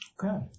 Okay